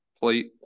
plate